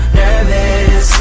nervous